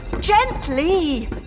Gently